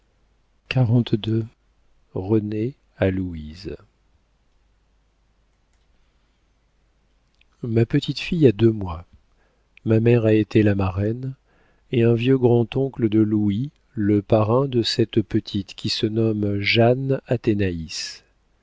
renée a louise ma petite fille a deux mois ma mère a été la marraine et un vieux grand-oncle de louis le parrain de cette petite qui se nomme jeanne athénaïs dès